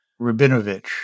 Rabinovich